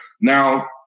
Now